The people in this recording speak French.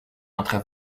entre